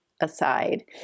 aside